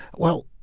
well,